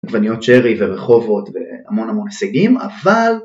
עגבניות שרי ורחובות והמון המון הישגים אבל